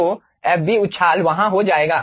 तो Fb उछाल वहाँ हो जाएगा